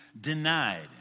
denied